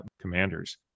commanders